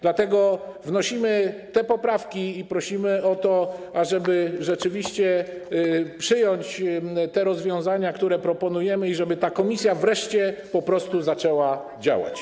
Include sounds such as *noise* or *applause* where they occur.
Dlatego wnosimy te poprawki i prosimy o to, ażeby rzeczywiście przyjąć te rozwiązania, które proponujemy, i żeby ta komisja *noise* wreszcie po prostu zaczęła działać.